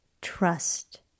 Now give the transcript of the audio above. trust